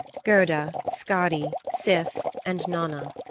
gerda, skadi, sif, and nanna.